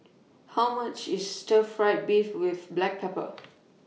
How much IS Stir Fry Beef with Black Pepper